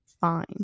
fine